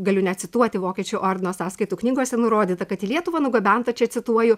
galiu net cituoti vokiečių ordino sąskaitų knygose nurodyta kad į lietuvą nugabenta čia cituoju